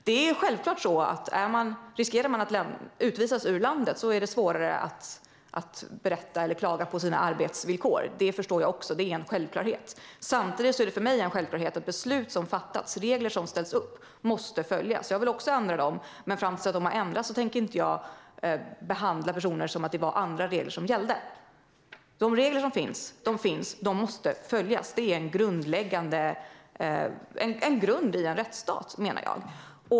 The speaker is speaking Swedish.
Det är självklart så att det är svårare för den som riskerar att utvisas ur landet att berätta eller att klaga på sina arbetsvillkor. Det förstår jag också; det är en självklarhet. Samtidigt är det för mig en självklarhet att beslut som fattats och regler som ställts upp måste följas. Jag vill också ändra dem, men fram till att de har ändrats tänker jag inte behandla personer som att det vore andra regler som gällde. De regler som finns måste följas. Det är grundläggande i en rättsstat, menar jag.